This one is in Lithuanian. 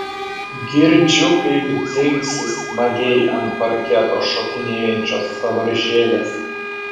girdžiu kaip dzingsi smagiai ant parketo šokinėjančios sąvaržėlės